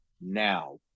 Now